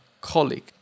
colleague